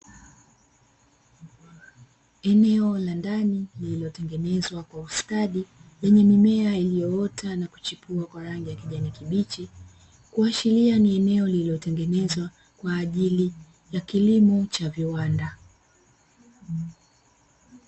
Eneo la ndani lilio tengenezwa kwa ustadi lenye mimea iliyoota na kuchipua kwa rangi ya kijani kibichi, kuashiria ni eneo lililo tengenezwa kwaajili ya kilimo cha viwanda.